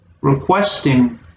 requesting